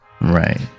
right